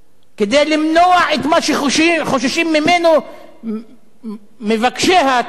כדי למנוע את מה שחוששים ממנו מבקשי ההצעה.